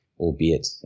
albeit